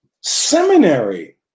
seminary